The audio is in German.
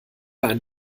einen